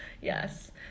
Yes